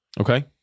Okay